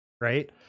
right